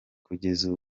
kugeza